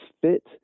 fit